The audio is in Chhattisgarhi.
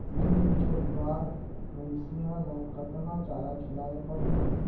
दुई लीटर बार भइंसिया ला कतना चारा खिलाय परही?